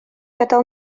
gadael